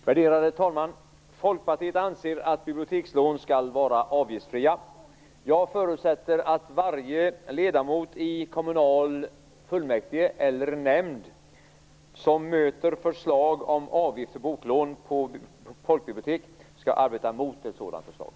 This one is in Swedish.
Värderade talman! Folkpartiet anser att bibliotekslån skall vara avgiftsfria. Jag förutsätter att varje ledamot i kommunfullmäktige eller kommunal nämnd som möter förslag om avgifter för boklån på folkbibliotek skall arbeta mot sådana förslag.